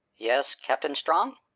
yes, captain strong?